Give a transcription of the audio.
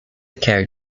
quer